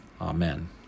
Amen